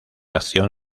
acción